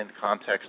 context